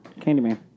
Candyman